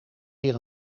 weer